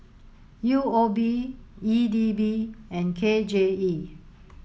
U O B E D B and K J E